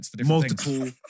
multiple